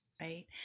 Right